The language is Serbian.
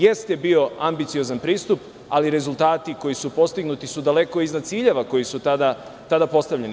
Jeste bio ambiciozan pristup, ali rezultati koji su postignuti su daleko iznad ciljeva koji su tada postavljeni.